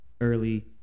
early